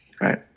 Right